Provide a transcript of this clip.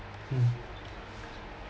mm